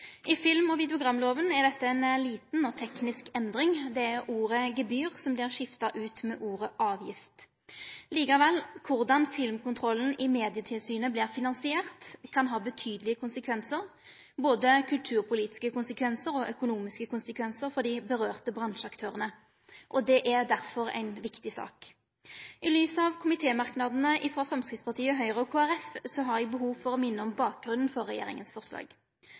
I film- og videogramlova er dette ei lita og teknisk endring. Det er ordet «gebyr» som ein har skifta ut med ordet «avgift». Likevel: Korleis filmkontrollen i Medietilsynet vert finansiert, kan ha betydelege konsekvensar, både kulturpolitiske konsekvensar og økonomiske konsekvensar, for dei aktuelle bransjeaktørane. Det er derfor ei viktig sak. I lys av komitémerknadane frå Framstegspartiet, Høgre og Kristeleg Folkeparti har eg behov for å minne om bakgrunnen for regjeringa sitt forslag.